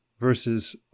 Versus